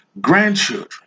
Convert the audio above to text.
grandchildren